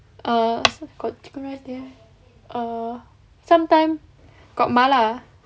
err got chicken rice there err sometimes got 麻辣